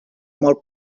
molt